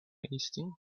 unhasting